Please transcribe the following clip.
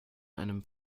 einem